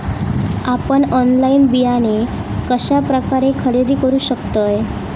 आपन ऑनलाइन बियाणे कश्या प्रकारे खरेदी करू शकतय?